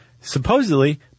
supposedly